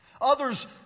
Others